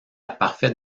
parfaite